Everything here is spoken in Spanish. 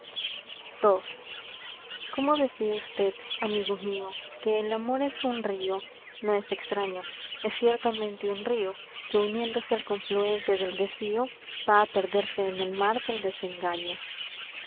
ómo decía usted amigo mío río no es que el amor es un un extraño es ciertamente que va río uniéndose al confluente del desvío á perderse en el mar del desengaño